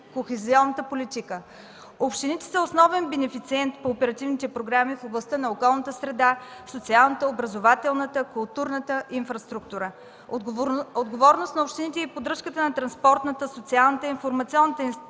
кохезионната политика. Общините са основен бенефициент по оперативните програми в областта на околната среда, социалната, образователната, културната инфраструктура. Отговорност на общините е и поддръжката на транспортната, социалната и информационната инфраструктура